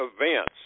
events